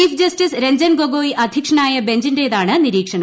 chief justice Ranjan Gogoi അധ്യക്ഷനായ ബഞ്ചിന്റേതാണ് നിരീക്ഷണം